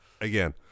Again